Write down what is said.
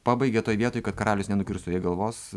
pabaigia toj vietoj kad karalius nenukirstų jai galvos